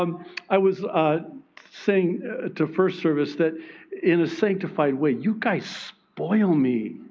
um i was saying to first service that in a sanctified way, you guys spoil me.